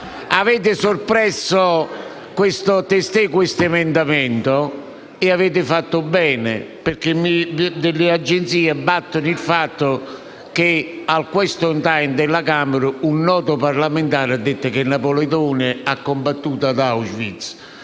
Avete soppresso testé questo emendamento e avete fatto bene, perché le agenzie battono la notizia che al *question time* della Camera un noto parlamentare ha detto che Napoleone ha combattuto ad Auschwitz.